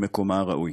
למקומה הראוי.